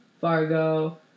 Fargo